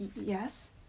Yes